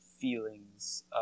feelings